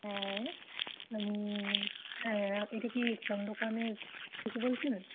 হ্যাঁ হ্যাঁ এটা কি ফোন দোকানের থেকে বলছিলেন